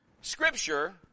scripture